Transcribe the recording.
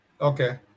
Okay